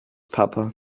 papa